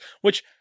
Which-